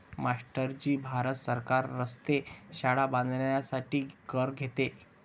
master ji Bharat सरकार रस्ते, शाळा बांधण्यासाठी कर घेते